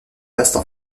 passes